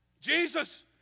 Jesus